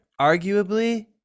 arguably